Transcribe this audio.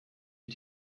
ich